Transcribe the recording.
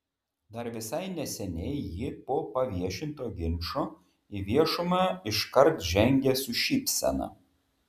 dar visai neseniai ji po paviešinto ginčo į viešumą iškart žengė su šypsena